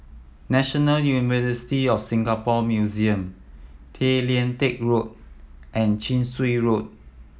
National University of Singapore Museum Tay Lian Teck Road and Chin Swee Road